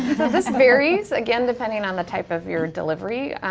this varies, again depending on the type of your delivery.